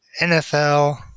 NFL